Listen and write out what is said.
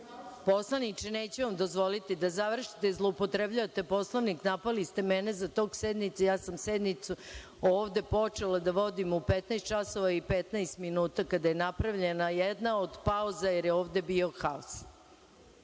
završim?)Poslaniče, neću vam dozvoliti da završite. Zloupotrebljavate Poslovnik. Napali ste mene za tok sednice, a ja sam sednicu ovde počela da vodim u 15,15 časova kada je napravljena jedna od pauza jer je ovde bio haos.